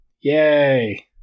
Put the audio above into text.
Yay